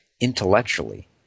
intellectually